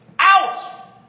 out